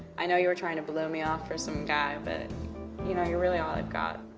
i know you were trying to blow me off for some guy. but you know you're really all i've got.